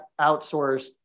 outsourced